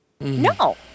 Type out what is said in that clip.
No